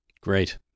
Great